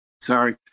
sorry